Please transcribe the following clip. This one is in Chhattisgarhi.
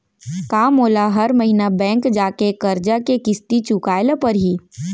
का मोला हर महीना बैंक जाके करजा के किस्ती चुकाए ल परहि?